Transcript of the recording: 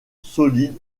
solides